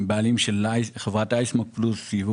המס הזה כמות שהוא יביא,